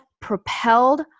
propelled